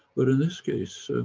but in this case,